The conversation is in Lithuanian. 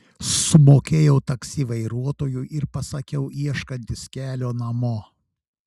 sumokėjau taksi vairuotojui ir pasakiau ieškantis kelio namo